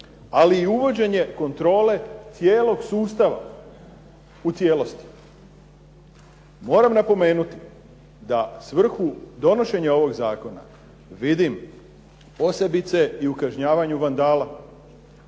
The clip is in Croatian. ali i uvođenje kontrole cijelog sustava u cijelosti. Moram napomenuti da svrhu donošenja ovog zakona vidim posebice i u kažnjavanju vandala